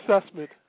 assessment